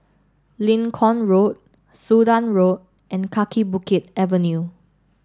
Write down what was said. Lincoln Road Sudan Road and Kaki Bukit Avenue